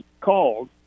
called